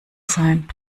sein